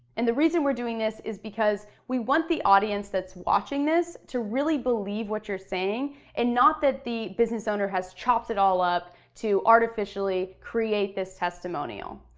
and the reason we're doing this is because we want the audience that's watching this to really believe what you're saying and not that the business owner has chopped it all up to artificially create this testimonial.